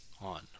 on